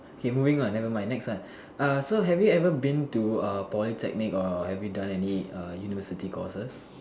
K moving on never mind next one uh so have you ever been to a Polytechnic or have you done any uh university courses